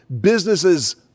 businesses